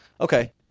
Okay